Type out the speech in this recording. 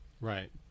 Right